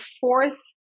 fourth